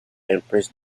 empress